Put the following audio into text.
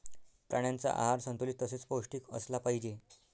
प्राण्यांचा आहार संतुलित तसेच पौष्टिक असला पाहिजे